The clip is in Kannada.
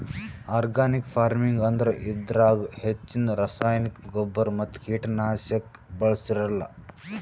ಆರ್ಗಾನಿಕ್ ಫಾರ್ಮಿಂಗ್ ಅಂದ್ರ ಇದ್ರಾಗ್ ಹೆಚ್ಚಿನ್ ರಾಸಾಯನಿಕ್ ಗೊಬ್ಬರ್ ಮತ್ತ್ ಕೀಟನಾಶಕ್ ಬಳ್ಸಿರಲ್ಲಾ